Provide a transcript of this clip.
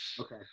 Okay